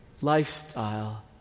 lifestyle